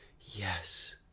yes